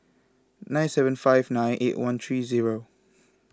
nine seven five nine eight one three zero